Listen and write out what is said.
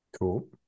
cool